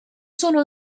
sono